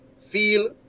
feel